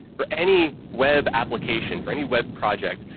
for any web application, for any web project,